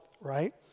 right